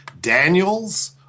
Daniels